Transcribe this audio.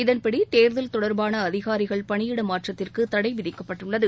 இதன்படி தேர்தல் தொடர்பான அதிகாரிகள் பணியிடமாற்றத்திற்கு தடை விதிக்கப்பட்டுள்ளது